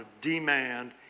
demand